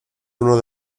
uno